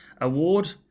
Award